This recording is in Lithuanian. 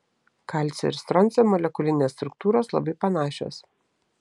kalcio ir stroncio molekulinės struktūros labai panašios